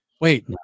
wait